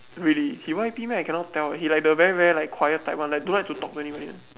really he Y_P meh I cannot tell he like the very very like quiet type one leh don't like to talk to anybody one